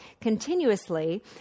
continuously